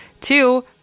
Two